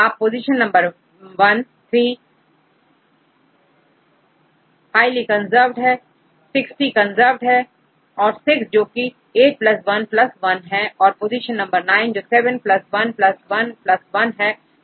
आप position number one 3 highly conserve है 60 conserved है और 6 जो की 8 11 और पोजीशन नंबर नाइन 7111 है